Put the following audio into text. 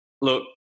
Look